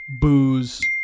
booze